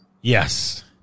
Yes